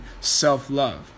self-love